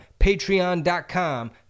Patreon.com